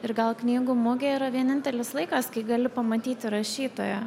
ir gal knygų mugė yra vienintelis laikas kai gali pamatyti rašytoją